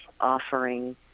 offering